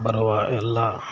ಬರುವ ಎಲ್ಲ